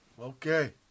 okay